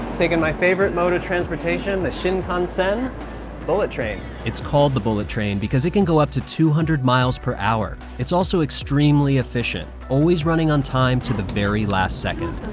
taking my favorite mode of transportation, the shinkansen bullet train. it's called the bullet train because it can go up to two hundred miles per hour. it's also extremely efficient, always running on time to the very last second.